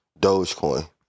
dogecoin